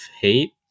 hate